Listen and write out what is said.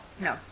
No